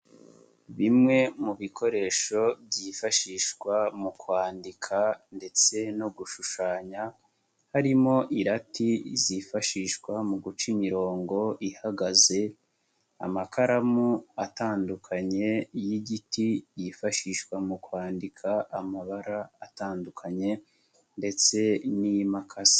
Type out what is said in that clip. Bimwe mu bikoresho byifashishwa mu kwandika ndetse no gushushanya, harimo irati zifashishwa mu guca imirongo ihagaze, amakaramu atandukanye y'igiti yifashishwa mu kwandika amabara atandukanye ndetse n'imakasi.